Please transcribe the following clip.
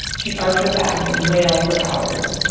she'd arch her back and wail for hours.